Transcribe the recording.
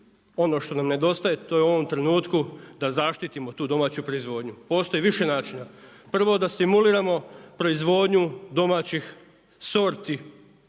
ono što nam nedostaje to je u ovom trenutku to je da zaštitimo tu domaću proizvodnju. Postoji i više načina, prvo da stimuliramo proizvodnju domaćih sorti,